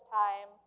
time